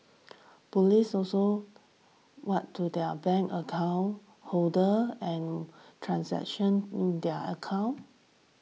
police also warn to their bank account holders and transaction in their account